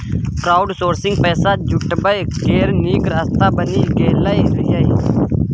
crowdsourcing पैसा जुटबै केर नीक रास्ता बनि गेलै यै